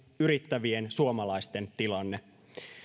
yrittävien suomalaisten tilanne